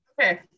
Okay